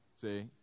See